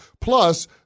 Plus